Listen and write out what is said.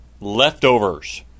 leftovers